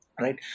right